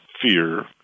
fear